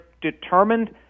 determined